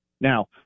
Now